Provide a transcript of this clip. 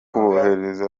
kubohereza